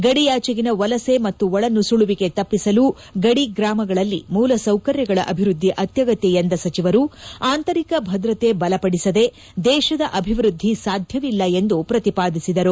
ಗಡಿಯಾಚೆಗಿನ ವಲಸೆ ಮತ್ತು ಒಳನುಸುಳುವಿಕೆ ತಪ್ಪಿಸಲು ಗಡಿಗ್ರಾಮಗಳಲ್ಲಿ ಮೂಲಸೌಕರ್ಯಗಳ ಅಭಿವ್ಯದ್ದಿ ಅತ್ಯಗತ್ತ ಎಂದ ಸಚಿವರು ಆಂತರಿಕ ಭದ್ರತೆ ಬಲಪಡಿಸದೆ ದೇಶದ ಅಭಿವೃದ್ಧಿ ಸಾಧ್ಯವಿಲ್ಲ ಎಂದು ಪ್ರತಿಪಾದಿಸಿದರು